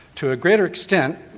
to a greater extent,